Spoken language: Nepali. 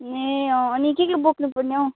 ए अँ अनि के के बोक्नुपर्ने हौ